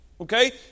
Okay